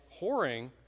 whoring